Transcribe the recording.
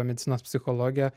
medicinos psichologę